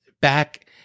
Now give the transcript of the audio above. back